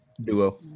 duo